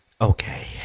Okay